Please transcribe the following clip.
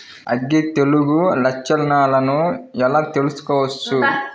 అగ్గి తెగులు లక్షణాలను ఎలా తెలుసుకోవచ్చు?